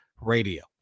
radio